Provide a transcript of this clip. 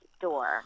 door